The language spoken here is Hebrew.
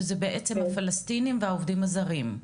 שזה בעצם הפלשתינים והעובדים הזרים.